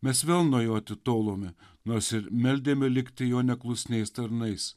mes vėl nuo jo atitolome nors ir meldėme likti jo neklusniais tarnais